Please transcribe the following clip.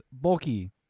bulky